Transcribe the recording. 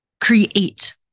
create